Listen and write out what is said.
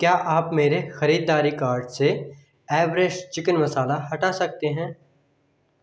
क्या आप मेरे ख़रीददारी कार्ट से एवेरेस्ट चिकेन मसाला हटा सकते हैं